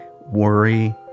worry